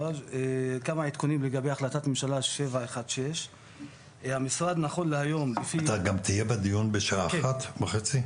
כמה עדכונים לגבי החלטת ממשלה 716. אתה גם תהיה בדיון בשעה 13:30?